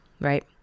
right